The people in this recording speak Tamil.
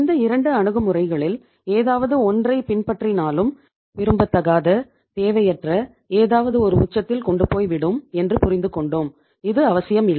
இந்த 2 அணுகுமுறைகளில் ஏதாவது ஒன்றை பின்பற்றினாலும் விரும்பத்தகாத தேவையற்ற ஏதாவது ஒரு உச்சத்தில் கொண்டுபோய் விடும் என்று புரிந்துக்கொண்டோம் இது அவசியம் இல்லை